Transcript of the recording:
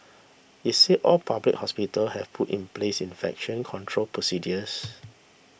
it says all public hospitals have put in place infection control procedures